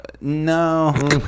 No